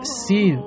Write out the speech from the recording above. see